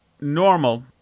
normal